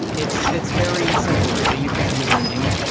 it's it's very simple really. you pick a username.